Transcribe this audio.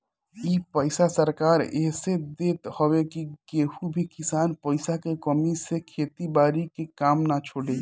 इ पईसा सरकार एह से देत हवे की केहू भी किसान पईसा के कमी से खेती बारी के काम ना छोड़े